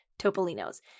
Topolino's